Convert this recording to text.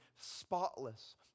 spotless